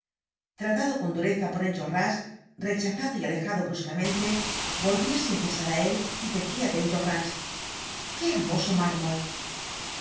tratado con dureza por enjolras rechazado y alejado bruscamente volvia sin cesar á él y decia de enjolras qué hermoso mármol